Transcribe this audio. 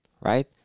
right